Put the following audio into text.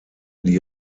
die